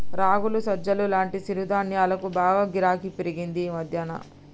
రాగులు, సజ్జలు లాంటి చిరుధాన్యాలకు బాగా గిరాకీ పెరిగింది ఈ మధ్యన